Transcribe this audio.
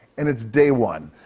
and it's day one.